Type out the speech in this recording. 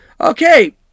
Okay